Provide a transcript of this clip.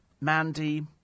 Mandy